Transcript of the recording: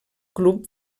club